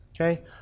okay